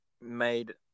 made